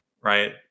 right